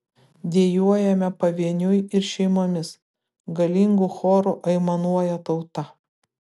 dejuojame pavieniui ir šeimomis galingu choru aimanuoja tauta